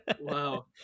Wow